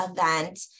event